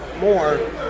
more